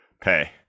pay